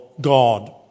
God